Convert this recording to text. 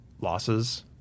losses